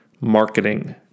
marketing